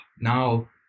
now